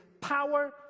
power